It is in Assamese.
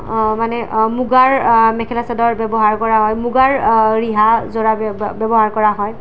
মানে মুগাৰ মেখেলা চাদৰ ব্যৱহাৰ কৰা হয় মুগাৰ ৰিহা যোৰা ব্য ব্যৱহাৰ কৰা হয়